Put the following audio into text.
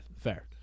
fair